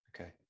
Okay